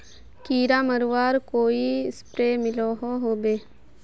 कीड़ा मरवार कोई स्प्रे मिलोहो होबे?